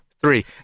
three